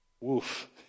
woof